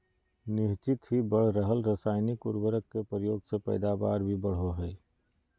निह्चित ही बढ़ रहल रासायनिक उर्वरक के प्रयोग से पैदावार भी बढ़ो हइ